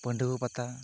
ᱯᱟᱹᱰᱩᱭᱟᱹ ᱯᱟᱛᱟ